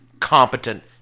competent